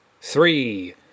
Three